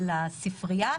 לספריה.